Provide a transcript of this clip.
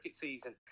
season